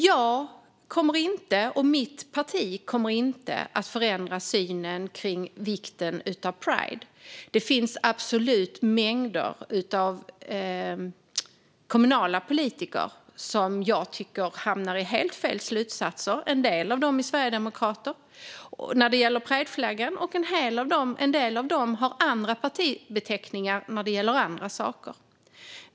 Jag och mitt parti kommer inte att förändra vår syn på vikten av pride. Det finns absolut mängder av kommunala politiker som jag tycker hamnar i helt fel slutsatser. När det gäller prideflaggan är en del av dem sverigedemokrater, och när det gäller andra saker har en del av dem andra partibeteckningar.